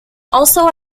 also